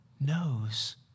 knows